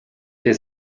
der